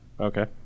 Okay